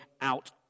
out